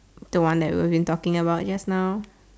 the one that wasn't talking about just now